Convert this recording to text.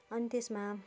अनि त्यसमा